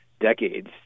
decades